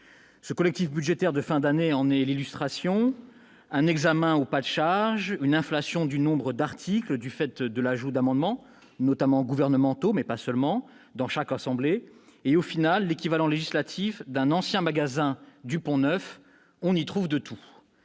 Ce collectif budgétaire de fin d'année en est l'illustration : un examen au pas de charge, une inflation du nombre d'articles du fait de l'ajout d'amendements, notamment gouvernementaux mais pas uniquement, dans chaque assemblée et, au bout du compte, l'équivalent législatif d'un ancien magasin du Pont Neuf ... On y trouve de tout